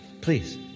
Please